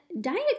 diet